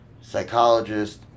psychologist